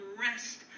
rest